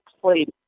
played